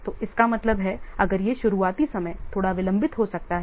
तो इसका मतलब है अगर यह शुरुआती समय थोड़ा विलंबित हो सकता है